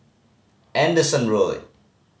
Anderson Road